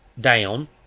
down